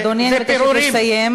אדוני, אני מבקשת לסיים.